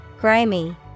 Grimy